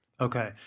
Okay